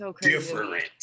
different